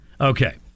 Okay